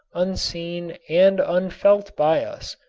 unseen and unfelt by us,